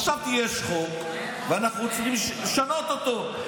חשבתי שיש חוק ואנחנו צריכים לשנות אותו.